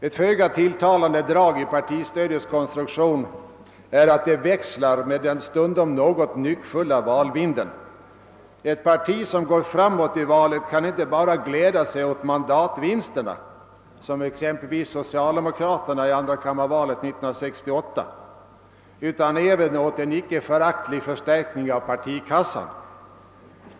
Ett föga tilltalande drag i partistödets konstruktion är att detta stöd växlar med den stundom något nyckfulla valvinden. Ett parti som går framåt i ett val kan inte bara — som exempelvis socialdemokraterna i andrakammarvalet 1968 — glädja sig åt mandatvinsterna utan även åt en icke föraktlig förstärkning av partikassan.